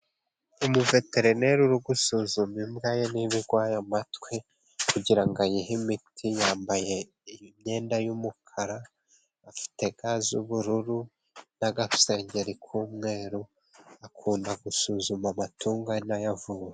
Umuveterineri uri gusuzuma imbwa ye， niba irwaye amatwi，kugira ngo ayihe imiti， yambaye imyenda y'umukara， afite ga z'ubururu n’agasengeri k'umweru， akunda gusuzuma amatungo anayavura.